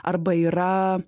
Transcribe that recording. arba yra